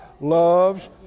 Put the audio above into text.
loves